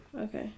okay